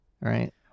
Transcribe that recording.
right